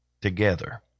together